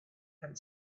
and